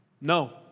No